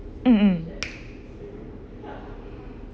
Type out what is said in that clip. mm mm